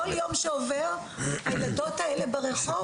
כל יום שעובר הילדות האלה ברחוב.